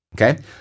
Okay